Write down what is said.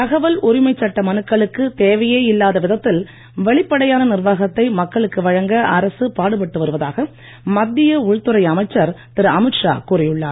தகவல் உரிமை சட்ட மனுக்களுக்கு தேவையே இல்லாத விதத்தில் வெளிப்படையான நிர்வாகத்தை மக்களுக்கு வழங்க அரசு பாடுபட்டு வருவதாக மத்திய உள்துறை அமைச்சர் திரு அமித் ஷா கூறியுள்ளார்